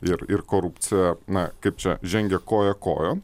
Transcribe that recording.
ir ir korupcija na kaip čia žengia koja kojon